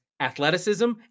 athleticism